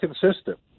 consistent